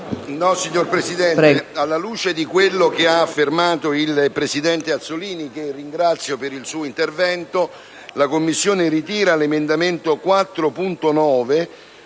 Signora Presidente, alla luce di quello che ha affermato il presidente Azzollini, che ringrazio per il suo intervento, la Commissione ritira l'emendamento 4.9